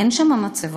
אין שם מצבות,